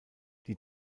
die